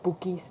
bugis